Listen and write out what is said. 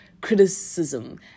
criticism